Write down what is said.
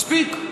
מספיק.